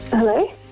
Hello